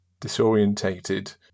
disorientated